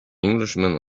englishman